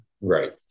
Right